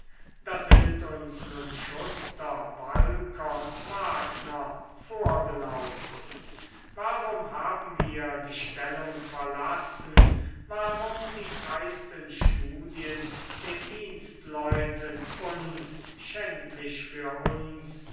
da sind uns nun schuster walker und wagner vorgelaufen warum haben wir die stellung verlassen warum die freisten studien den dienstleuten und schändlich für uns